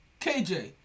KJ